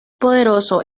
poderoso